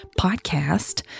podcast